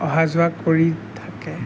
অহা যোৱা কৰি থাকে